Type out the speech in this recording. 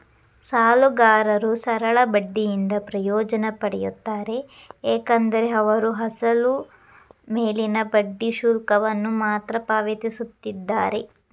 ಸಾಲಗಾರರು ಸರಳ ಬಡ್ಡಿಯಿಂದ ಪ್ರಯೋಜನ ಪಡೆಯುತ್ತಾರೆ ಏಕೆಂದರೆ ಅವರು ಅಸಲು ಮೇಲಿನ ಬಡ್ಡಿ ಶುಲ್ಕವನ್ನು ಮಾತ್ರ ಪಾವತಿಸುತ್ತಿದ್ದಾರೆ